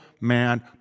man